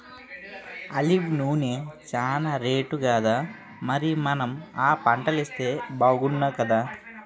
olive నూనె చానా రేటుకదా మరి మనం ఆ పంటలేస్తే బాగుణ్ణుకదా